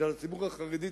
אצל הציבור החרדי,